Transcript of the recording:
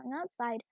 outside